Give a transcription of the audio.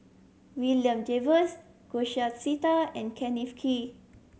William Jervois Sita and Kenneth Kee